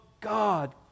God